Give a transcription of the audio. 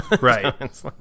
Right